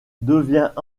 devient